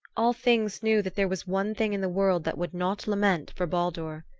all things knew that there was one thing in the world that would not lament for baldur.